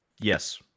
Yes